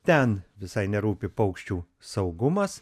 ten visai nerūpi paukščių saugumas